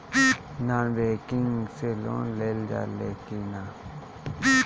Non banking से loan लेल जा ले कि ना?